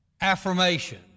affirmation